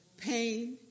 pain